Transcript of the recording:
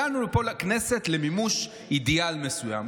הגענו לפה לכנסת למימוש אידיאל מסוים,